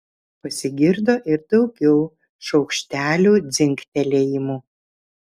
pasigirdo ir daugiau šaukštelių dzingtelėjimų